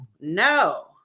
No